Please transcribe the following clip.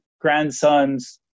grandson's